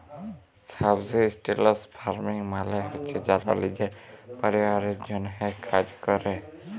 subsistence farming মালে হছে যারা লিজের পরিবারের জ্যনহে চাষ ক্যরে